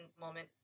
moment